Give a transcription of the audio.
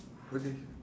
okay